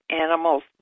animals